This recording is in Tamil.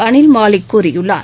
அனில் மாலிக் கூறியுள்ளார்